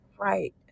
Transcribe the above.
Right